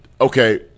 okay